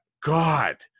God